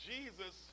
Jesus